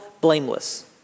blameless